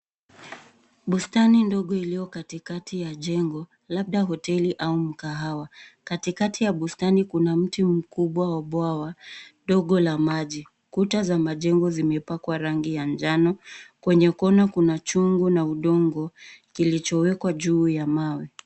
Bustani ndogo iliyo katikati ya jengo labda hosteli au mkahawa. Katikati ya bustani kuna mti mkubwa wa ubwawa dogo la maji. Kuta za majengo zimepakwa rangi ya njano. Kwenye kona kuna chungu na udongo kilicho wekwa juu ya mawe.